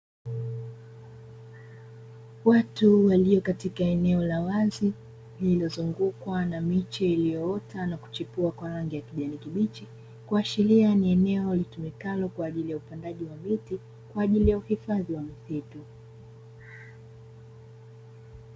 Watu waliopo katika eneo la wazi waliozungukwa na miche ilioota na kuchepua kwa rangi ya kijani kibichi, kuashiria ni eneo litumikalo kwa ajili ya upandaji miti kwa ajili ya uhifadhi wa misitu.